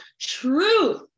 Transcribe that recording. truth